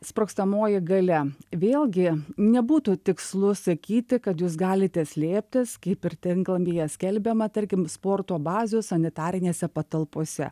sprogstamoji galia vėlgi nebūtų tikslu sakyti kad jūs galite slėptis kaip ir tinklapyje skelbiama tarkim sporto bazių sanitarinėse patalpose